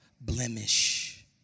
blemish